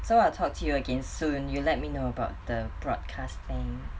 so I'll talk to you again soon you let me know about the broadcast thing